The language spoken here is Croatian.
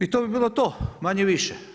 I to bi bilo to manje-više.